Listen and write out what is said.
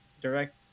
direct